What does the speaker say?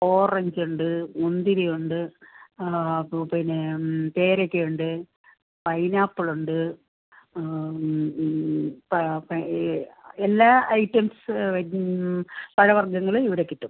orange ഉണ്ട് മുന്തിരിയുണ്ട് fruit പിന്നെ പേരക്കയുണ്ട് പൈനാപ്പിളുണ്ട് എല്ലാ ഐറ്റംസ് പഴവർഗ്ഗങ്ങളും ഇവിടെ കിട്ടും